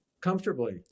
comfortably